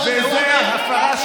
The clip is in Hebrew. זאת הסיבה למה לתמוך,